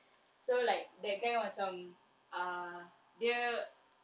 so like that guy macam ah dia